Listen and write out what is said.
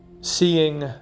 seeing